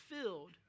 filled